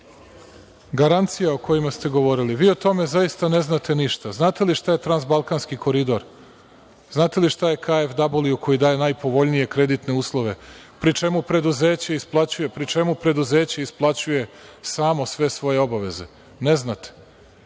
garancija o kojima ste govorili, vi o tome zaista ne znate ništa. Znate li šta je transbalkanski koridor? Znate li šta je KfW, koji daje najpovoljnije kreditne uslove, pri čemu preduzeće isplaćuje samo sve svoje obaveze? Ne znate.